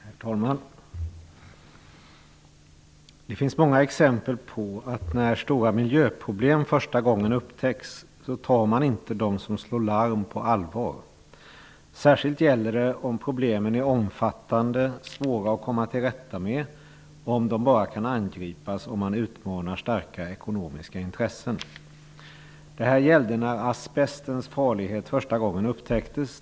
Herr talman! Det finns många exempel på att när stora miljöproblem första gången upptäcks tar man inte dem som slår larm på allvar. Särskilt gäller det om problemen är omfattande, svåra att komma till rätta med och om de bara kan angripas om man utmanar starka ekonomiska intressen. Detta gällde när asbestens farlighet första gången upptäcktes.